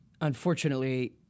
unfortunately